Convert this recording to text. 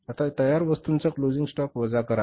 आता तयार वस्तूंचा क्लोजिंग स्टॉक वजा करा